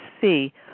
see